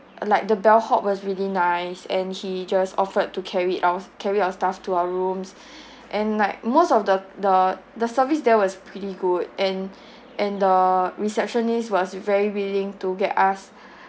like the bellhop was really nice and he just offered to carry ou~ carry our stuff to our rooms and like most of the the the service there was pretty good and and the receptionist was very willing to get us